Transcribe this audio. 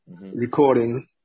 recording